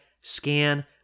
scan